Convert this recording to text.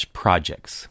projects